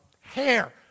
hair